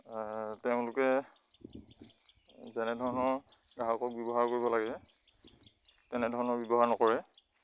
তেওঁলোকে যেনেধৰণৰ গ্ৰাহক ব্যৱহাৰ কৰিব লাগে তেনেধৰণৰ ব্যৱহাৰ নকৰে